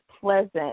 pleasant